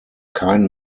kein